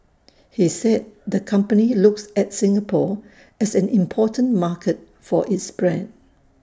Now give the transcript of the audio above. he said the company looks at Singapore as an important market for its brand